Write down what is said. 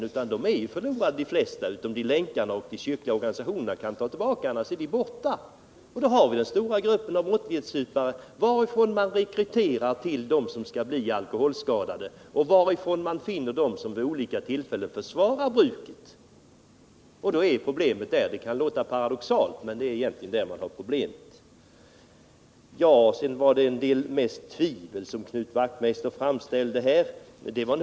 De flesta av dem är förlorade, om inte Länkarna eller de kyrkliga organisationerna kan ta tillbaka några. Sedan har vi den stora gruppen måttlighetssupare, varifrån man rekryterar dem som skall bli alkoholskadade och vari man finner dem som vid olika tillfällen försvarar bruket av alkohol. Det kan låta paradoxalt, men det är där man finner problemen. Knut Wachtmeister framställde en del tvivel.